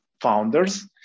founders